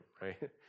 right